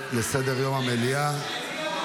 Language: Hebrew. אתם רוצים אותם מתים --- אנחנו רוצים